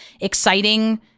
exciting